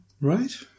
Right